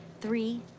three